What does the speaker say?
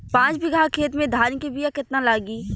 पाँच बिगहा खेत में धान के बिया केतना लागी?